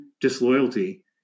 disloyalty